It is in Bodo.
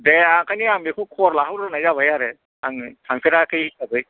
दे ओंखायनो आं बेखौ खबर लाहरगोरनाय जाबाय आरो आङो थांफेराखै हिसाबै